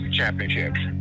championships